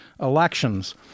elections